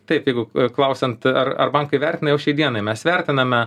taip jeigu klausiant ar ar bankai vertina jau šiai dienai mes vertiname